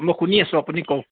মই শুনি আছোঁ আপুনি কওক